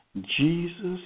Jesus